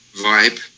vibe